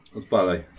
odpalaj